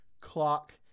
clock